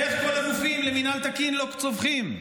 איך כל הגופים למינהל תקין לא צווחים?